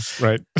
Right